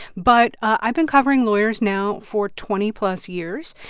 but i've been covering lawyers now for twenty plus years.